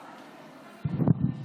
אדוני,